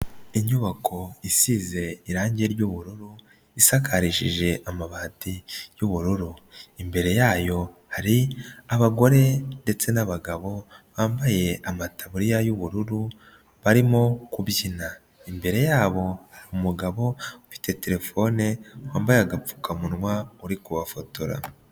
Inyubako isize irangi ryy'ubururu, isakarishije amabati y'ubururu, imbere yayo hari abagore ndetse n'abagabo, bambaye amataburiya y'ubururu, barimo kubyina, imbere yabo hari umugabo ufite terefone, wambaye agapfukamunwa, uri kubafotora.